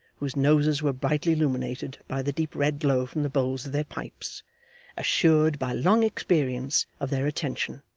whose noses were brightly illuminated by the deep red glow from the bowls of their pipes assured, by long experience, of their attention,